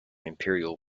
imperial